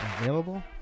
available